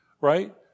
right